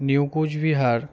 new Cooch Behar